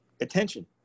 attention